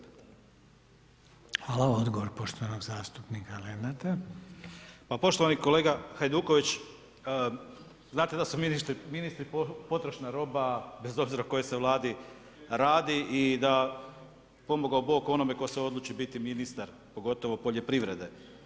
Pa poštovani kolega Hajduković, znate da su ministri potrošna roba bez obzira o kojoj se Vladi radi i da pomogao Bog onome tko se odluči biti ministar, pogotovo poljoprivrede.